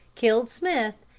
killed smith,